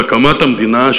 בהקמת המדינה,